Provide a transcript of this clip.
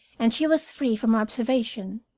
and she was free from observation.